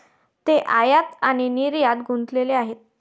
ते आयात आणि निर्यातीत गुंतलेले आहेत